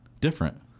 Different